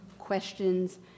questions